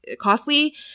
costly